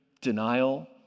denial